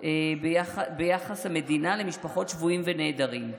ביחס המדינה למשפחות שבויים ונעדרים,